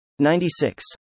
96